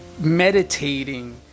meditating